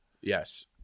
Yes